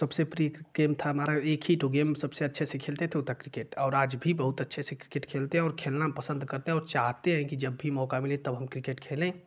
सबसे प्रिय गेम था हमारा एक ही तो गेम सबसे अच्छे से खेलते थे वो था क्रिकेट और आज भी बहुत अच्छे से क्रिकेट खेलते हैं और खेलना पसंद करते हैं और चाहते हैं कि जब भी मौका मिले तब हम क्रिकेट खेलें